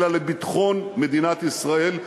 אלא לביטחון מדינת ישראל.